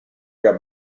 got